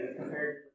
compared